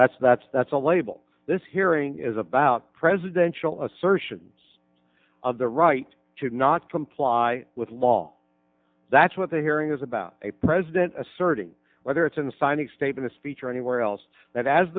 that's that's that's a label this hearing is about presidential assertions of the right to not comply with law that's what the hearing is about a president asserting whether it's in signing state in a speech or anywhere else that as